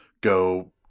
go